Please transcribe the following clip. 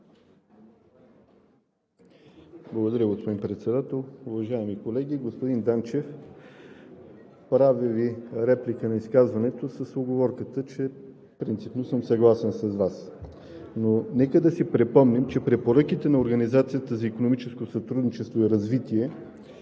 Благодаря, господин Председател. Уважаеми колеги! Господин Данчев, правя Ви реплика на изказването с уговорката, че принципно съм съгласен с Вас. Но нека да си припомним, че препоръките на Организацията за икономическо сътрудничество и развитие